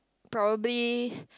probably